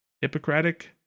hippocratic